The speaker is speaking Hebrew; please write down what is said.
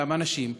אותם אנשים,